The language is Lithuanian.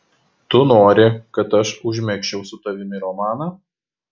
tu nori kad aš užmegzčiau su tavimi romaną